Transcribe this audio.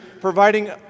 providing